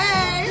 Hey